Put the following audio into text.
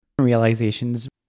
realizations